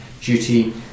duty